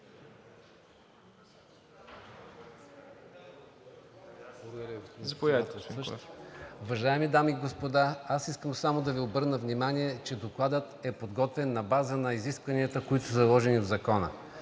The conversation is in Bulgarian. Уважаеми дами и господа, аз искам само да Ви обърна внимание, че Докладът е подготвен на база на изискванията, които са заложени в Закона.